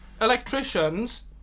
electricians